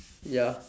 ya